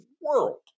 world